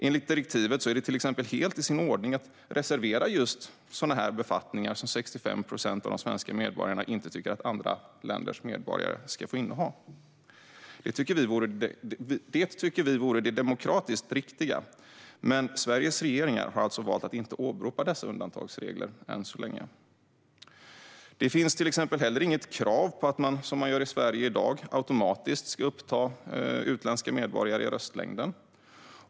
Enligt direktivet är det till exempel helt i sin ordning att reservera just sådana här befattningar som 65 procent av de svenska medborgarna inte tycker att andra länders medborgare ska få inneha. Det tycker vi vore det demokratiskt riktiga, men Sveriges regeringar har alltså valt att inte åberopa dessa undantagsregler än så länge. Det finns heller inget krav på att man, som vi i Sverige gör i dag, automatiskt ska uppta utländska medborgare i röstlängden.